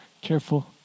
Careful